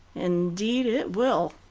indeed, it will.